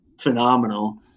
phenomenal